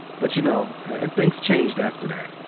but, you know. and things changed after that.